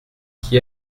qui